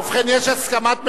ובכן, יש הסכמת ממשלה,